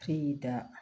ꯐ꯭ꯔꯤꯗ